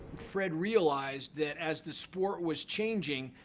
fred realized that as the sport was changing,